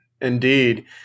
Indeed